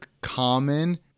Common